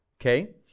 Okay